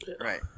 Right